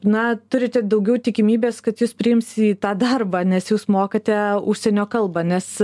na turite daugiau tikimybės kad jus priims į tą darbą nes jūs mokate užsienio kalbą nes